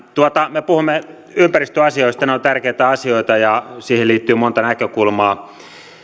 me puhumme ympäristöasioista ne ovat tärkeitä asioita ja niihin liittyy monta näkökulmaa